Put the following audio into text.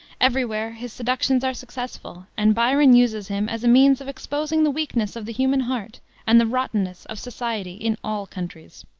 every-where his seductions are successful, and byron uses him as a means of exposing the weakness of the human heart and the rottenness of society in all countries.